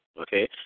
okay